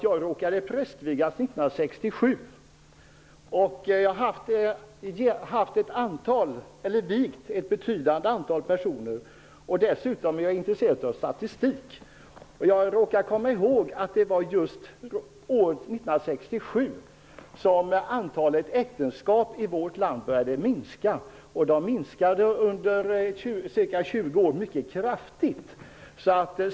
Jag råkade prästvigas 1967 och har vigt ett betydande antal personer. Dessutom är jag intresserad av statistik och råkar komma ihåg att det var just år 1967 som antalet äktenskap i vårt land började minska. De minskade under ca 20 år mycket kraftigt.